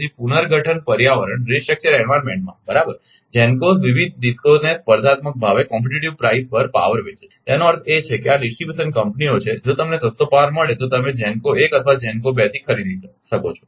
તેથી પુનર્ગઠન પર્યાવરણમાં બરાબર GENCOs વિવિધ DISCOs ને સ્પર્ધાત્મક ભાવે પાવર વેચે છે તેનો અર્થ એ કે આ ડિસ્ટ્રીબ્યુશન કંપનીઓ છે જો તમને સસ્તો પાવર મળે તો તમે GENCO 1 અથવા GENCO 2 થી ખરીદી શકો છો